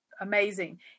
amazing